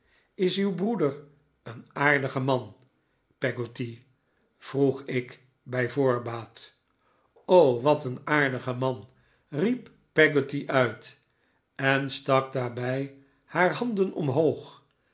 is uw broer een aardige man peggotty vroeg ik bij voorbaat wat een aardige man riep peggotty uit en stak daarbij haar handen omho